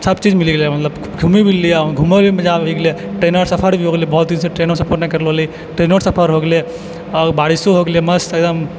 सब चीज मिली गेलै मतलब घूमी भी लेलियै घुमैमे मजा भी आबि गेलै तहिना सफर भी हो गेलै बहुत दिनसँ ट्रेनके सफर नहि करलो रही ट्रेनोके सफर होइ गेलै आओर बारिशो होइ गेलै मस्त एकदम